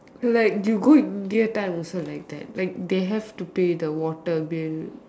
like you go India time also like that like they have to pay the water bill